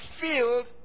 filled